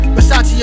Versace